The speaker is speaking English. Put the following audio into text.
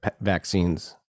vaccines